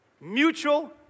Mutual